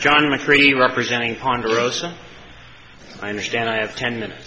john mccurry representing ponderosa i understand i have ten minutes